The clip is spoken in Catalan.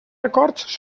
acords